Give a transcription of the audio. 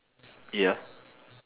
ya